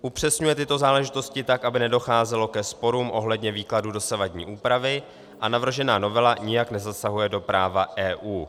Upřesňuje tyto záležitosti tak, aby nedocházelo ke sporům ohledně výkladu dosavadní úpravy, a navržená novela nijak nezasahuje do práva EU.